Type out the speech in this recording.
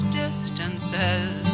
distances